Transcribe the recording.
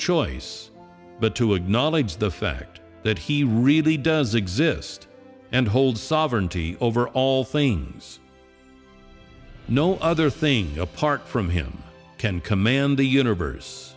choice but to acknowledge the fact that he really does exist and holds sovereignty over all things no other thing apart from him can command the universe